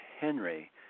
Henry